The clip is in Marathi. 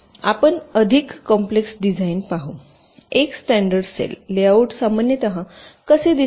आपण अधिक कॉम्प्लेक्स डिझाइन पाहू एक स्टॅंडर्ड सेल लेआउट सामान्यत कसे दिसते